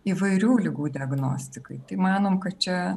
įvairių ligų diagnostikai tai manom kad čia